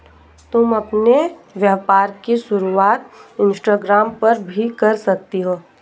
तुम अपने व्यापार की शुरुआत इंस्टाग्राम पर भी कर सकती हो